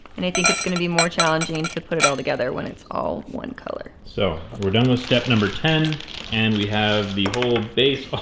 and i think it's going to be more challenging to put it all together when it's all one color. so we're done with step number ten and we have the whole base.